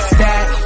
Stack